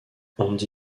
andy